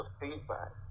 feedback